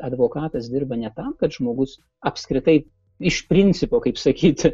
advokatas dirba ne tam kad žmogus apskritai iš principo kaip sakyti